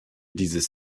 dieses